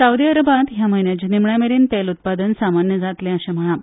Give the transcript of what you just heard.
सावदी अरेबियांत ह्या म्हयन्याच्या निमाण्या मेरेन तेल उत्पादक सामान्य जातलें अशें म्हळां